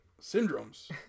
Syndromes